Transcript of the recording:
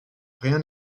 rien